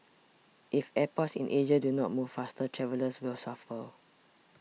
if airports in Asia do not move faster travellers will suffer